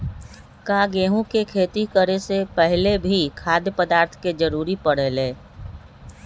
का गेहूं के खेती करे से पहले भी खाद्य पदार्थ के जरूरी परे ले?